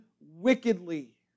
wickedly